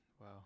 wow